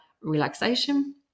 relaxation